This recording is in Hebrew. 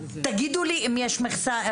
תגידו לי אם יש מכסה,